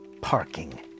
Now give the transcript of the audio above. parking